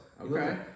Okay